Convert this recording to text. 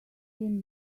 him